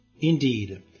Indeed